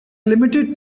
limited